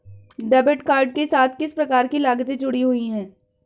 Debit card के साथ किस प्रकार की लागतें जुड़ी हुई हैं?